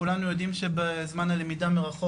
כולנו יודעים שבזמן הלמידה מרחוק,